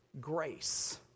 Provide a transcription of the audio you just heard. grace